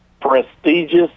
prestigious